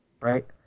Right